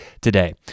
today